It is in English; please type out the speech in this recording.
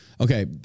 Okay